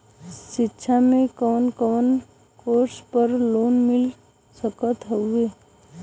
शिक्षा मे कवन कवन कोर्स पर लोन मिल सकत हउवे?